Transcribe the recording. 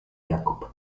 jakub